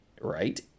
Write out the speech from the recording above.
right